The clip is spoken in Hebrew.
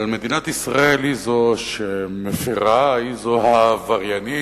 אבל מדינת ישראל היא זו שמפירה, היא זו העבריינית.